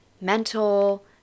mental